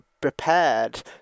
prepared